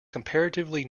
comparatively